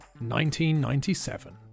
1997